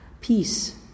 Peace